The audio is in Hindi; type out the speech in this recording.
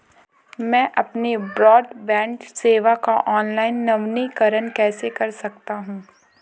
मैं अपनी ब्रॉडबैंड सेवा का ऑनलाइन नवीनीकरण कैसे कर सकता हूं?